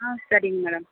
ஆ சரிங்க மேடம்